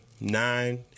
nine